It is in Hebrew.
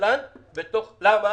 תל"ן בתוך הלימודים.